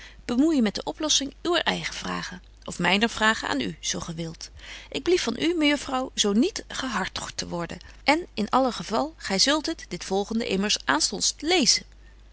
met de oplossing uwer eige vragen of myner vragen aan u zo ge wilt ik blief van u mejuffrouw zo niet ge hartogt te worden en in alle geval gy zult het dit volgende immers aanstonds lezen